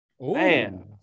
Man